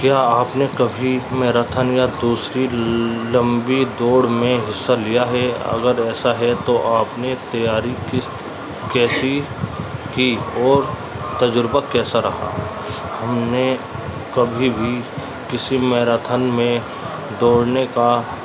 کیا آپ نے کبھی میراتھن یا دوسری لمبی دوڑ میں حصہ لیا ہے اگر ایسا ہے تو آپ نے تیاری کس کیسی کی اور تجربہ کیسا رہا ہم نے کبھی بھی کسی میراتھن میں دوڑنے کا